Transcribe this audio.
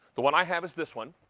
the one i have is this one.